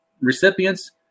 recipients